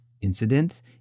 incident